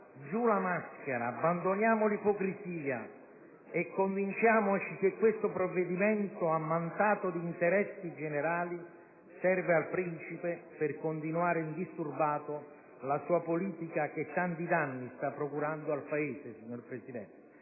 giù la maschera; abbandoniamo l'ipocrisia e convinciamoci che questo provvedimento, ammantato di interessi generali, serve al Principe per continuare indisturbato la sua politica, che tanti danni sta procurando al Paese. Io mi